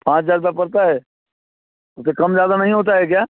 पाँच हज़ार रुपये पड़ता है उससे कम ज़्यादा नहीं होता है क्या